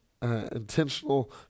Intentional